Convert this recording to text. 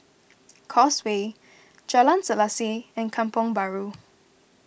Causeway Jalan Selaseh and Kampong Bahru